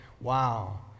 Wow